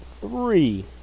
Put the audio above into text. three